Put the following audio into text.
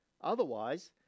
Otherwise